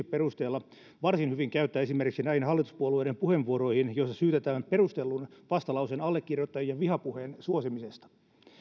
perusteella varsin hyvin käyttää esimerkiksi näihin hallituspuolueiden puheenvuoroihin joissa syytetään perustellun vastalauseen allekirjoittajia vihapuheen suosimisesta